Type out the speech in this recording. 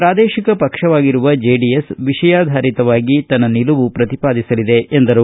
ಪ್ರಾದೇಶಿಕ ಪಕ್ಷವಾಗಿರುವ ಜೆಡಿಎಸ್ ವಿಷಯಾಧಾರಿತವಾಗಿ ತನ್ನ ನಿಲುವು ಪ್ರತಿಪಾದಿಸಲಿದೆ ಎಂದರು